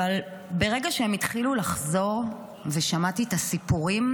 אבל ברגע שהם התחילו לחזור ושמעתי את הסיפורים,